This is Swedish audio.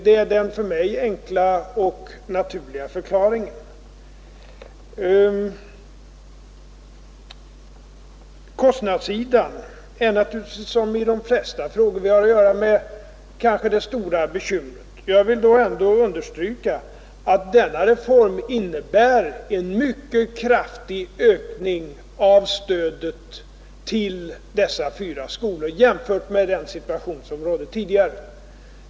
Det är den mycket enkla och naturliga förklaringen i det fallet. Vad sedan kostnadssidan angår är den kanske, som i de flesta frågor vi har att göra med, det största bekymret. Men jag vill understryka att denna reform ändå innebär en mycket kraftig ökning av stödet till de fyra skolor som det här gäller, jämfört med situationen sådan den var tidigare.